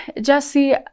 Jesse